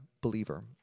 believer